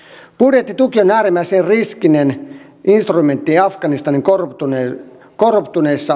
budjettituki on äärimmäisen riskinen instrumentti afganistanin korruptoituneissa oloissa